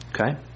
Okay